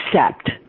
accept